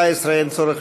14, אין צורך